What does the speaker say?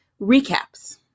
recaps